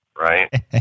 right